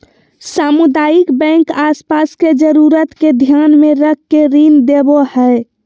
सामुदायिक बैंक आस पास के जरूरत के ध्यान मे रख के ऋण देवो हय